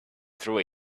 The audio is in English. through